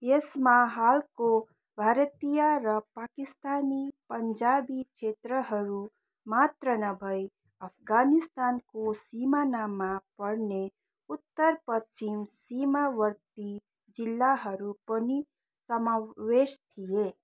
यसमा हालको भारतीय र पाकिस्तानी पन्जाबी क्षेत्रहरू मात्र नभई अफगानिस्तानको सिमानामा पर्ने उत्तर पश्चिम सीमावर्ती जिल्लाहरू पनि समावेश थिए